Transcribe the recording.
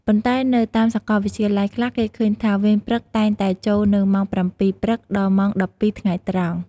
ប៉ុន្តែ នៅតាមសកលវិទ្យាល័យខ្លះ គេឃើញថា វេនព្រឹកតែងតែចូលនៅ ម៉ោង ៧ៈ០០ ព្រឹក ដល់ម៉ោង ១២ៈ០០ ថ្ងែត្រង់ ។